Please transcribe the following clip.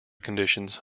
conditions